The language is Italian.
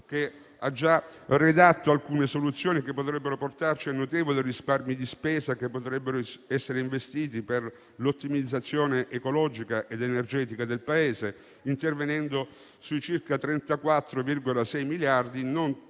2019 ha già redatto alcune soluzioni che potrebbero portarci notevoli risparmi di spesa, da investire per l'ottimizzazione ecologica ed energetica del Paese, intervenendo su circa 34,6 miliardi non da